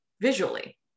visually